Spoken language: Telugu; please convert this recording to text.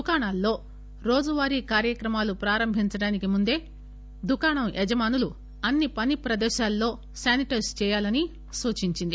దుకాణాలలో రోజువారీ కార్యక్రమాలు ప్రారంభించడానికి ముందే దుకాణం యజమానులు అన్ని పని ప్రదేశాల్లో శానిటైజ్ చేయాలని సూచించారు